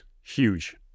huge